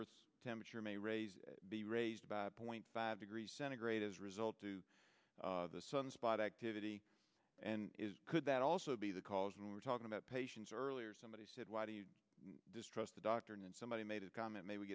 earth's temperature may raise be raised by a point five degrees centigrade as a result of the sunspot activity and is could that also be the cause and we were talking about patients earlier somebody said why do you distrust a doctor and then somebody made a comment may